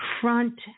front